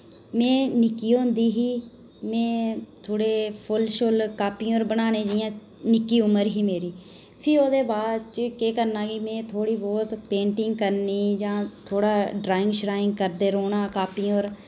मैं निक्की होंदी ही में थोह्ड़े फुल्ल शुल्ल कापियें पर बनाने जि'यां निक्की उमर ही मेरी फ्ही ओह्दे बाद च केह् करना कि में थोह्ड़ी बहुत पेंटिंग करनी जां थोह्ड़ा ड्राइंग शराईंग करदे रौह्ना कापियें पर